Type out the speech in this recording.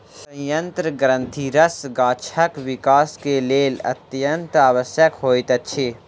सयंत्र ग्रंथिरस गाछक विकास के लेल अत्यंत आवश्यक होइत अछि